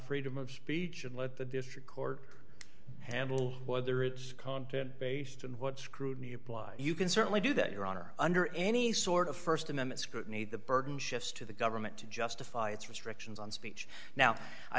freedom of speech and let the district court handle whether it's content based on what scrutiny apply you can certainly do that your honor under any sort of st amendment scrutiny the burden shifts to the government to justify its restrictions on speech now i